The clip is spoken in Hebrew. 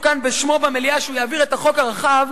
כאן בשמו במליאה שהוא יעביר את החוק הרחב,